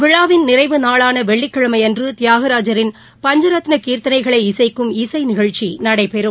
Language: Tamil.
விழாவின் நிறைவு நாளான வெள்ளிக்கிழமையன்று தியாகராஜரின் பஞ்சரத்ன கீர்த்தனைகளை இசை நிகழ்ச்சி நடைபெறும்